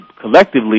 collectively